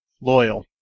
Loyal